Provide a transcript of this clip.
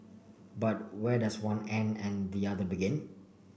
but where does one end and the other begin